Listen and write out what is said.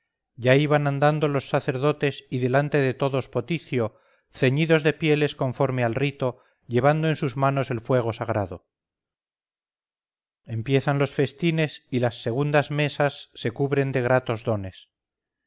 ya iban andando los sacerdotes y delante de todos poticio ceñidos de pieles conforme al rito llevando en sus manos el fuego sagrado empiezan los festines y las segundas mesas se cubren de gratos dones